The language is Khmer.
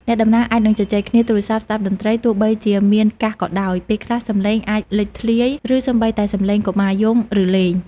អ្នកដំណើរអាចនឹងជជែកគ្នា ទូរស័ព្ទ ស្តាប់តន្ត្រី ទោះបីជាមានកាសក៏ដោយ ពេលខ្លះសំឡេងអាចលេចធ្លាយ ឬសូម្បីតែសំឡេងកុមារយំ ឬលេង។